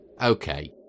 Okay